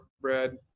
bread